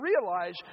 realize